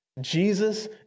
Jesus